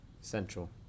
central